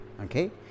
Okay